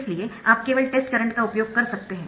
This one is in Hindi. इसलिए आप केवल टेस्ट करंट का उपयोग कर सकते है